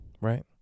right